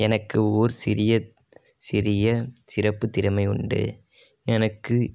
எனக்கு ஓர் சிறிய சிறிய சிறப்பு திறமை உண்டு எனக்கு